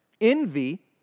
envy